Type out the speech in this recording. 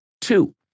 two